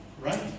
right